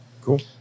Cool